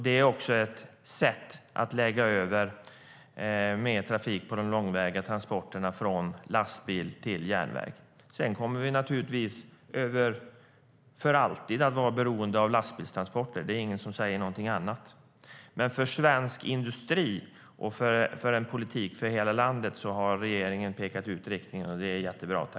Det är ett sätt att lägga över mer av de långväga transporterna från lastbil till järnväg.